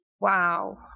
Wow